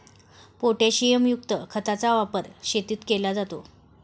पोटॅशियमयुक्त खताचा वापर शेतीत केला जातो